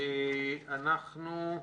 בבקשה.